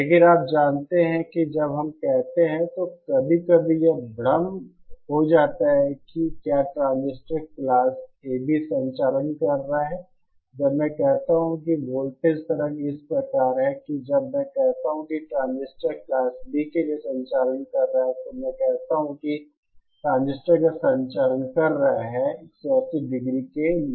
लेकिन आप जानते हैं कि जब हम कहते हैं तो कभी कभी यह भ्रम हो जाता है कि क्या ट्रांजिस्टर क्लास AB संचालन कर रहा है जब मैं कहता हूं कि वोल्टेज तरंग इस प्रकार है कि जब मैं कहता हूं कि ट्रांजिस्टर क्लास B के लिए संचालन कह रहा है तो मैं कहता हूं कि ट्रांजिस्टर का संचालन कर रहा है 180 डिग्री के लिए